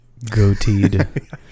goateed